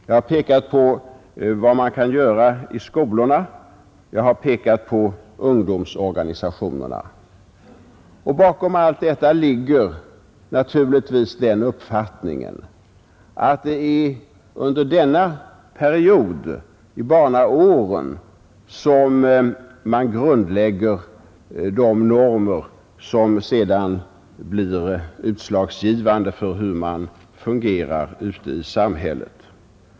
Jag har pekat på vad man kan göra i skolorna, jag har pekat på ungdomsorganisationerna. Bakom allt detta ligger den uppfattningen att det är under denna period, i barnaåren, som man grundlägger de normer som sedan blir utslagsgivande för hur man fungerar ute i samhället.